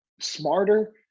smarter